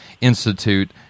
institute